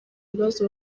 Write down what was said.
ibibazo